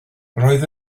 roedd